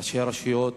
ראשי הרשויות